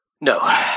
No